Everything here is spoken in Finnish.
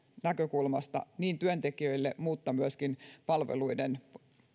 näkökulmasta paitsi työntekijöille niin myöskin palveluiden